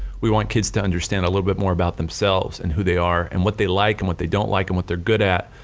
we want kids to understand a little bit more about themselves and who they are and what they like and what they don't like and what they are good at,